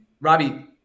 Robbie